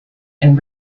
and